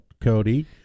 Cody